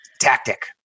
tactic